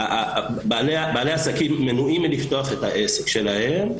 בעלי העסקים מנועים מלפתוח את העסק שלהם,